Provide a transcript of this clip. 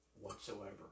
whatsoever